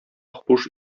хуш